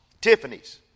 Tiffany's